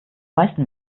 meisten